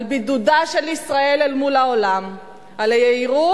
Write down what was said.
על בידודה של ישראל אל מול העולם, על היהירות